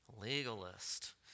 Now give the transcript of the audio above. legalist